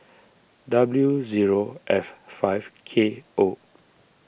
W zero F five K O